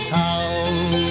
town